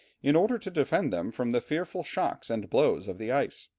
in order to defend them from the fearful shocks and blows of the ice.